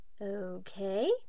Okay